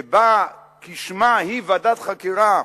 שבאה, כשמה, היא ועדת חקירה: